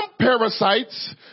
parasites